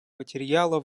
материала